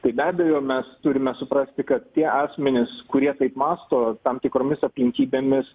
tai be abejo mes turime suprasti kad tie asmenys kurie taip mąsto tam tikromis aplinkybėmis